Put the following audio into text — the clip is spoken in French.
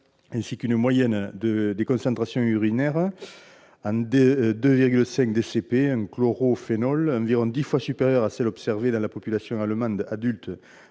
noté une moyenne des concentrations urinaires en 2,5-DCP- un chlorophénol - environ dix fois supérieure à celle observée dans la population allemande adulte